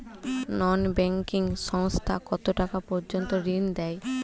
নন banking সংস্থা কতটাকা পর্যন্ত ঋণ দেয়?